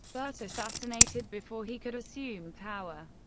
but assassinated before he could assume power.